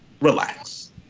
Relax